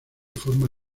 forma